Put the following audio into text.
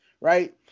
right